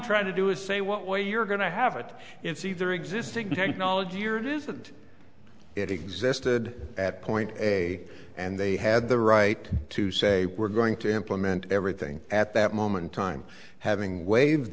trying to do is say what way you're going to have it it's either existing technology or it isn't it existed at point a and they had the right to say we're going to implement everything at that moment time having waive